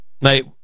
mate